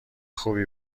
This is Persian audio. خوبی